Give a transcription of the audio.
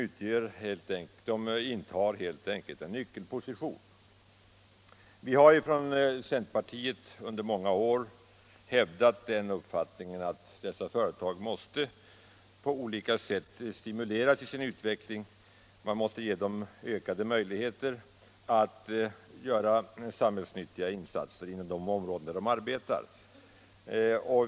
De intar helt enkelt en nyckelposition. Vi har från centerpartiet under många år hävdat den uppfattningen att dessa företag måste stimuleras på olika sätt i sin utveckling. Man måste ge dem ökade möjligheter att göra samhällsnyttiga insatser inom de områden där de arbetar.